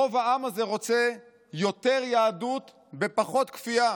רוב העם הזה רוצה יותר יהדות בפחות כפייה.